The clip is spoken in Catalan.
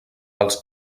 als